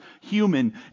human